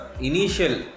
initial